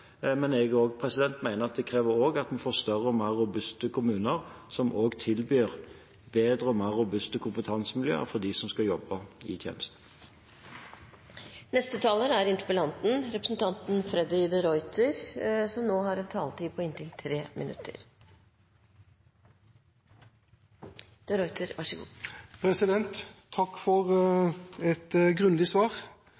men jeg mener også at det krever at vi får større og mer robuste kommuner som tilbyr bedre og mer robuste kompetansemiljøer for dem som skal jobbe i tjenesten. Takk for et grundig svar. Jeg tror vi fort kan bli enige om det meste, og det er det som er min og Arbeiderpartiets motivasjon for